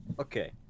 Okay